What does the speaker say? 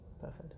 Perfect